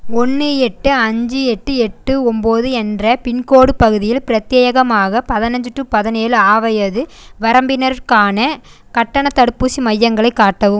ஒன்று எட்டு அஞ்சு எட்டு எட்டு ஒம்போது என்ற பின்கோடு பகுதியில் பிரத்யேகமாக பதனஞ்சு டு பதனேழு வயது வரம்பினருக்கான கட்டணத் தடுப்பூசி மையங்களை காட்டவும்